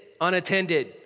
unattended